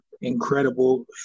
incredible